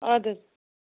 آد حظ